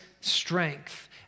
strength